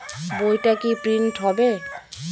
বইটা কি প্রিন্ট হবে?